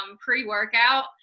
pre-workout